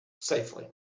safely